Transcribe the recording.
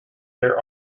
there